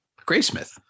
Graysmith